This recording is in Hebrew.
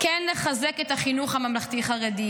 כן לחזק את החינוך הממלכתי-חרדי.